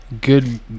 good